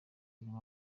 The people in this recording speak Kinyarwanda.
zirimo